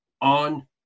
on